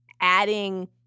adding